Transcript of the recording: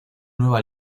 nueva